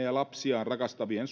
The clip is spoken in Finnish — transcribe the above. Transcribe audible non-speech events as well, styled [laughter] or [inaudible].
[unintelligible] ja lapsiaan rakastavilta [unintelligible]